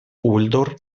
uldor